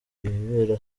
ibibera